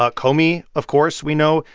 ah comey, of course, we know,